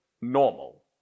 normal